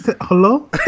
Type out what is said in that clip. hello